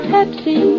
Pepsi